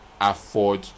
afford